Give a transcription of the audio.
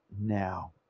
now